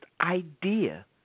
idea